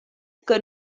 que